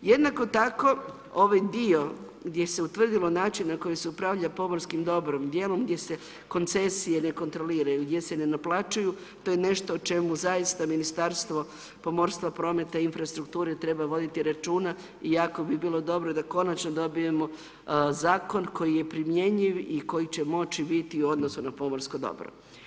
Jednako tako, ovaj dio gdje se utvrdilo način na koji se upravlja pomorskim dobrom, djelom gdje se koncesije ne kontroliraju, gdje se ne naplaćuju, to je nešto o čemu zaista Ministarstvo pomorstva, prometa i infrastrukture treba voditi računa i jako bi bilo dobro da konačno dobijemo zakon koji je primjenjiv i koji će moć biti u odnosu na pomorsko dobro.